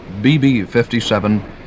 BB-57